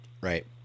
right